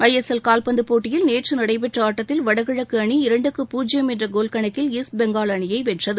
ISL கால்பந்துப் போட்டியில் நேற்று நடைபெற்ற ஆட்டத்தில் வடகிழக்கு அணி இரண்டுக்கு பூஜ்யம் என்ற கோல் கணக்கில் ஈஸ்ட் பெங்கால் அணியை வென்றது